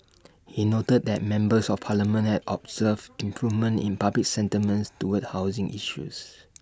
he noted that members of parliament have observed improvements in public sentiments towards housing issues